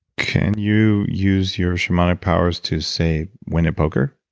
can you use your shamanic powers to say win a poker?